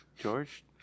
George